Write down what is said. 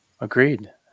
Agreed